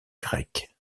grecque